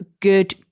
good